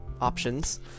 options